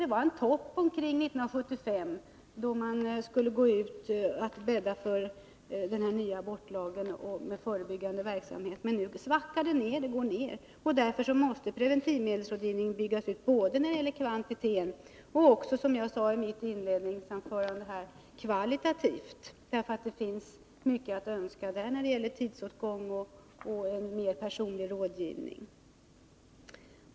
Det var en topp omkring 1975, då man skulle gå ut och bädda för den nya abortlagen med förebyggande verksamhet. Men nu går det ner i en svacka, och därför måste preventivmedelsrådgivningen byggas ut, både kvantitativt och — som jag sade i mitt inledningsanförande — kvalitativt. Det finns mycket att önska beträffande tidsåtgång och mer personlig rådgivning.